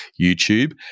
YouTube